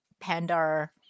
Pandar